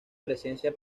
presencia